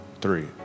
three